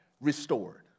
restored